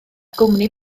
gwmni